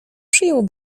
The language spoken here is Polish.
przyjął